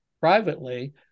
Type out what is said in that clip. privately